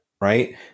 right